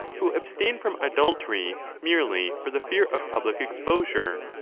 who abstain from adultery merely for the fear of public exposure,